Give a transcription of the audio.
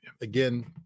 again